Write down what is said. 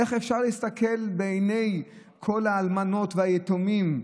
איך אפשר להסתכל בעיני כל האלמנות, היתומים,